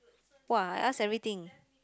!wah! I ask everything